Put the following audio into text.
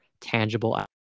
tangible